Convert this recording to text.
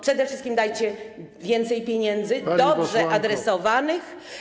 Przede wszystkim dajcie więcej pieniędzy, dobrze adresowanych.